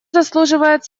заслуживает